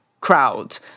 crowd